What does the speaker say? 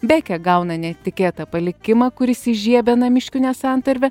bekė gauna netikėtą palikimą kuris įžiebia namiškių nesantarvę